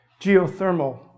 geothermal